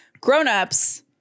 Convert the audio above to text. grownups